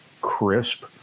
crisp